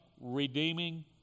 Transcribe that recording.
redeeming